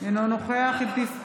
אינו נוכח מנסור,